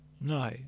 No